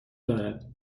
دارد